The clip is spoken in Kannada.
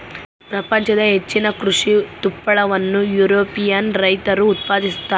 ಪ್ರಪಂಚದ ಹೆಚ್ಚಿನ ಕೃಷಿ ತುಪ್ಪಳವನ್ನು ಯುರೋಪಿಯನ್ ರೈತರು ಉತ್ಪಾದಿಸುತ್ತಾರೆ